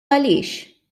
għaliex